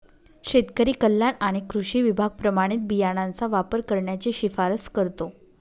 शेतकरी कल्याण आणि कृषी विभाग प्रमाणित बियाणांचा वापर करण्याची शिफारस करतो